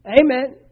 Amen